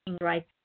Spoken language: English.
right